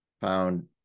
found